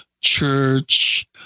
church